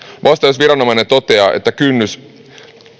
vasta jos viranomainen toteaa että kynnys